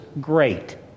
great